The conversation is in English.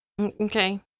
Okay